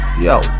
Yo